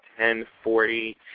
10.40